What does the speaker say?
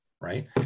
right